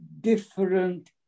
different